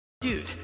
dude